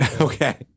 Okay